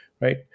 right